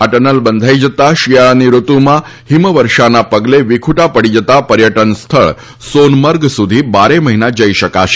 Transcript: આ ટનલ બંધાઇ જતા શિયાળાની ઋતુમાં હીમવર્ષાના પગલે વિખુટા પડી જતા પર્યટન સ્થળ સોનમર્ગ સુધી બારે મહિના જઇ શકાશે